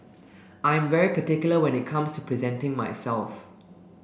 I am very particular when it comes to presenting myself